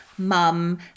mum